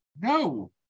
No